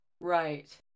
Right